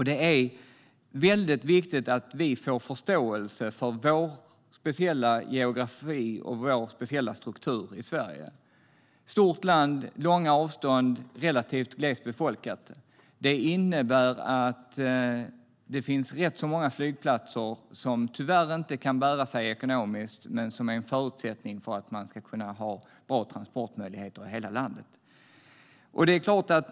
Det är viktigt att vi får förståelse för vårt speciella geografiska läge och vår speciella struktur i Sverige som är ett stort land med långa avstånd och relativt glest befolkat. Det innebär att det finns rätt många flygplatser som tyvärr inte kan bära sig ekonomiskt men som är en förutsättning för att vi ska ha bra transportmöjligheter i hela landet.